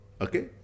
okay